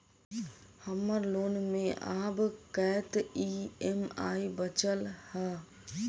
हम्मर लोन मे आब कैत ई.एम.आई बचल ह?